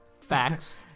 Facts